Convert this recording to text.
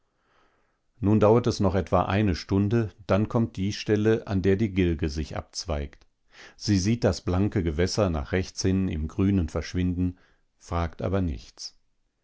nun dauert es noch etwa eine stunde dann kommt die stelle an der die gilge sich abzweigt sie sieht das blanke gewässer nach rechts hin im grünen verschwinden fragt aber nichts